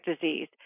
disease